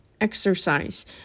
exercise